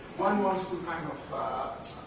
one wants to kind of,